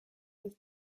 with